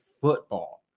football